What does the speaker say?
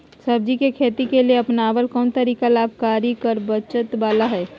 सब्जी के खेती के लिए अपनाबल कोन तरीका लाभकारी कर बचत बाला है?